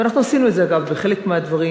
ואנחנו עשינו אגב בחלק מהדברים,